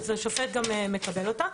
השופט מקבל אותה.